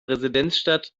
residenzstadt